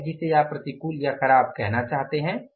क्या है जिसे आप प्रतिकूल या ख़राब कहना चाहते हैं